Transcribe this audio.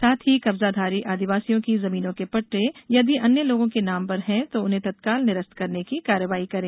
साथ ही कब्जाधारी आदिवासियों की जमीनों के पट्टे यदि अन्य लोगों के नाम पर है तो उन्हें तत्काल निरस्त करने की कार्यवाही करें